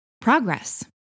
progress